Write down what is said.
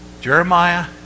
Jeremiah